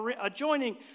adjoining